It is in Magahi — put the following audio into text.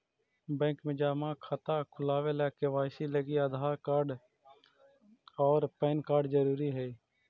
बैंक में जमा खाता खुलावे ला के.वाइ.सी लागी आधार कार्ड और पैन कार्ड ज़रूरी हई